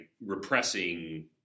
repressing